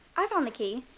i found the key.